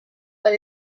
but